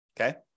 Okay